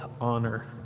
honor